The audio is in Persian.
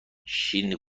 شیرینی